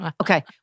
Okay